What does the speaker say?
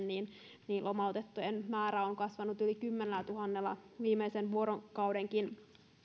niin niin lomautettujen määrä on kasvanut yli kymmenellätuhannella viimeisen vuorokaudenkin